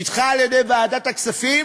נדחה על-ידי ועדת הכספים,